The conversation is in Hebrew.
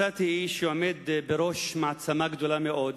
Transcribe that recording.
מצאתי איש שעומד בראש מעצמה גדולה מאוד,